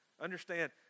Understand